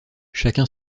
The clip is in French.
chacun